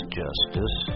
justice